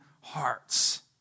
hearts